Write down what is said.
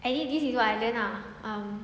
I mean this is what I learnt ah um